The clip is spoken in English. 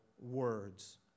words